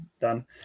done